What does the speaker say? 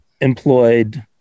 employed